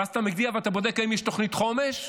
ואז אתה מגיע ואתה בודק אם יש תוכנית חומש,